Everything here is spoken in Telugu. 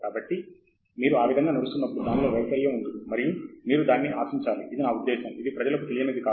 కాబట్టి మీరు ఆ విధముగా నడుస్తున్నప్పుడు దానిలో వైఫల్యం ఉంటుంది మరియు మీరు దానిని ఆశించాలి ఇది నా ఉద్దేశ్యం ఇది ప్రజలకు తెలియనిది కాదు